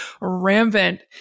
rampant